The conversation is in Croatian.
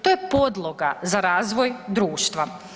To je podloga za razvoj društva.